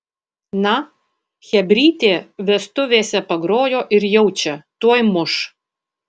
na chebrytė vestuvėse pagrojo ir jaučia tuoj muš